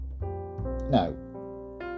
No